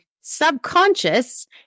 subconscious